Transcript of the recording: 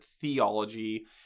theology